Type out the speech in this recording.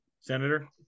Senator